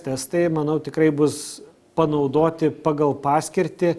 testai manau tikrai bus panaudoti pagal paskirtį